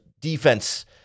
defense